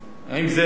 האם זה רע?